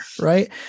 right